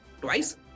twice